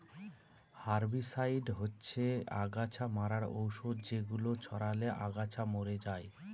herbicide হচ্ছে অগাছা মারার ঔষধ যেগুলো ছড়ালে আগাছা মরে যায়